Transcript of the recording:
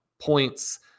points